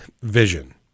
vision